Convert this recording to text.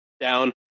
down